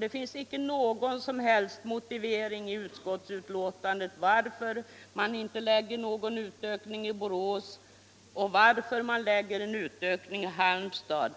det finns inte någon som helst motivering i utskottsbetänkandet till varför det inte sker någon utökning i Borås utan bara i Halmstad.